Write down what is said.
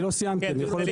אני מבקש